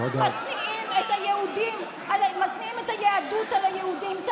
משניאים את היהדות על היהודים.